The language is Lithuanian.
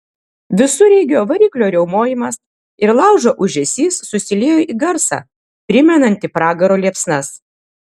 visureigio variklio riaumojimas ir laužo ūžesys susiliejo į garsą primenantį pragaro liepsnas